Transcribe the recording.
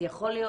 אז יש לך